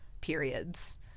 periods